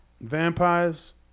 Vampires